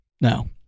no